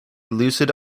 lucid